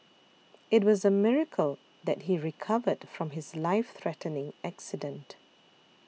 it was a miracle that he recovered from his life threatening accident